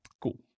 Cool